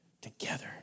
together